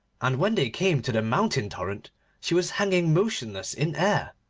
and when they came to the mountain torrent she was hanging motionless in air,